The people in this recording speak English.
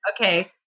Okay